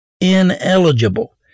ineligible